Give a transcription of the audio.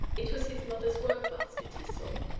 it was his mother's work-basket he saw,